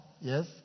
Yes